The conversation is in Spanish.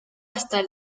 hasta